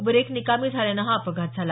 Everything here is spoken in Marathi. ब्रेक निकामी झाल्यान हा अपघात झाला